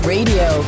Radio